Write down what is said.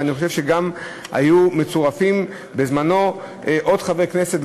ואני חושב שגם היו מצורפים בזמנו עוד חברי כנסת,